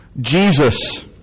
Jesus